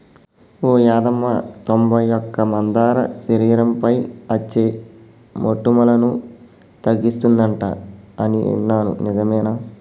ఓ యాదమ్మ తొంబై ఒక్క మందార శరీరంపై అచ్చే మోటుములను తగ్గిస్తుందంట అని ఇన్నాను నిజమేనా